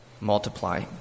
multiply